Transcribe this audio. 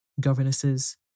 governesses